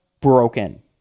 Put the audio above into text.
broken